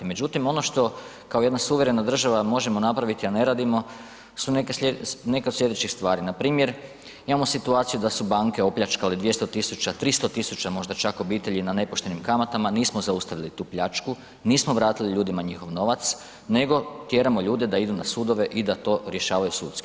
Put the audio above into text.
Međutim, ono što kao jedna suverena država možemo napraviti, a ne radimo su neke od slijedećih stvari, npr. imamo situaciju da su banke opljačkale 200 000, 300 000 možda čak obitelji na nepoštenim kamatama, nismo zaustavili tu pljačku, nismo vratili ljudima njihov novac, nego tjeramo ljude da idu na sudove i da to rješavaju sudski.